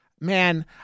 Man